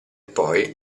poi